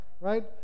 Right